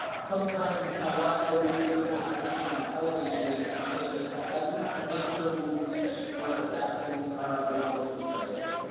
sometimes i watch the leaders of this country on television and think at least nature will reach where assassins are unable to tread.